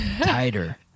tighter